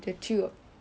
ya